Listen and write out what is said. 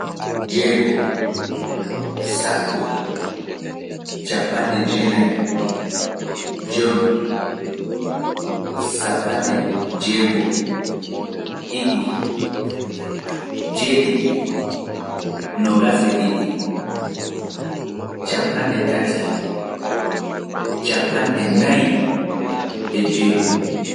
Joweego(six), Sappo(ten), Cappanɗe jowenayi(ninety), Jowi(five), Cappanɗe jowego(sixty), ɗiɗi(two), Joweɗiɗi(seven), Nogas e ɗiɗi(twenty two), Cappanɗe tati(thirty), Cappanɗe nayi e jowego(fourty six).